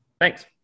Thanks